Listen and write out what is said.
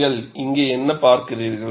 நீங்கள் இங்கே என்ன பார்க்கிறீர்கள்